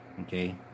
Okay